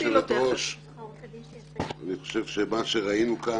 היושבת ראש, אני חושב שמה שראינו כאן,